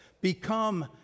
become